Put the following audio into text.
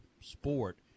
sport